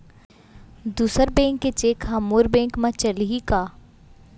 दूसर बैंक के चेक ह मोर बैंक म चलही का?